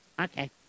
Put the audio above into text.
Okay